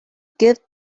give